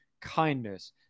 kindness